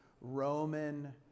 Roman